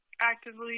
actively